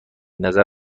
نظر